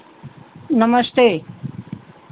नमस्ते